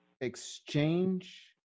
exchange